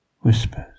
whispers